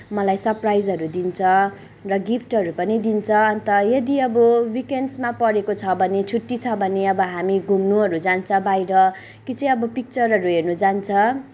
मलाई सरप्राइजहरू दिन्छ र गिफ्टहरू पनि दिन्छ अन्त यदि अब विकेन्ड्समा परेको छ भने छुट्टी छ भने अब हामी घुम्नहरू जान्छौँ बाहिर कि चाहिँ अब पिक्चरहरू हेर्न जान्छौँ